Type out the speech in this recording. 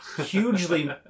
hugely